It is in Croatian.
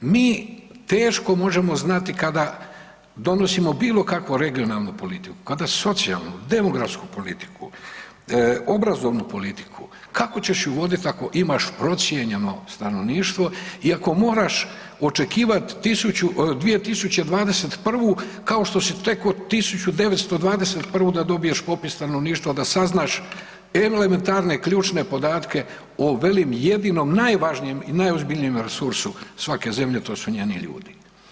Mi teško možemo znati kada donosimo bilo kakvu regionalnu politiku, kada socijalnu, demografsku politiku, obrazovnu politiku, kako ćeš ju vodit ako imaš procijenjeno stanovništvo i ako moraš očekivati 2021. kao što si tek od 1921. da dobiješ popis stanovništva da saznaš elementarne ključne podatke o velim jedinom najvažnijem i najozbiljnijem resursu svake zemlje to su njeni ljudi.